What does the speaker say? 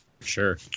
Sure